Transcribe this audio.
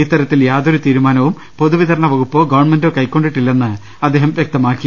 ഇത്തരത്തിൽ യാതൊരു തീരുമാനവും പൊതുവിതരണ വകുപ്പോ ഗവൺമെന്റോ കൈക്കൊണ്ടിട്ടില്ലെന്നും അദ്ദേഹം വ്യക്തമാക്കി